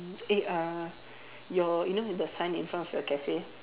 eh uh your you know the sign in front of your cafe